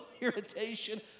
irritation